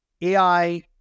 AI